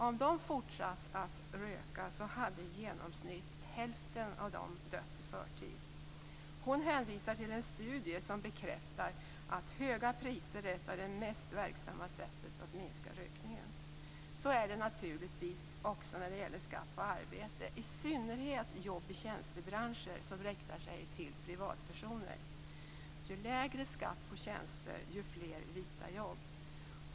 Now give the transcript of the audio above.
Om de hade fortsatt att röka hade hälften av dem dött i förtid. Hon hänvisar till en studie som bekräftar att höga priser är ett av de mest verksamma sätten att minska rökningen. Så är det naturligtvis också när det gäller skatt på arbete. Det gäller i synnerhet jobb i tjänstebranscher som riktar sig till privatpersoner. Ju lägre skatt på tjänster, desto fler vita jobb.